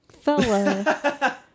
fella